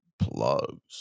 plugs